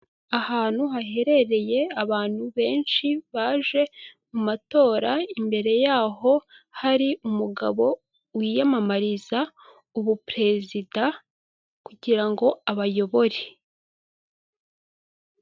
Inoti y'amafaranga magana atanu, y'amafaranga ya ma Tanzaniya.